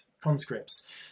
conscripts